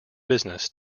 business